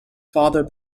father